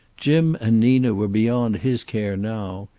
jim and nina were beyond his care now.